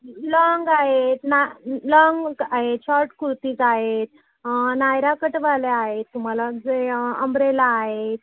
long आहेत ना long आहे शॉर्ट कुर्तीज आहेत नायराकटवाल्या आहेत तुम्हाला जे अंब्रेला आहेत